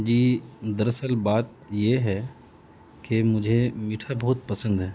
جی دراصل بات یہ ہے کہ مجھے میٹھا بہت پسند ہے